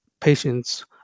patients